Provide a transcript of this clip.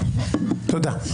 תודה.